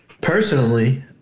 Personally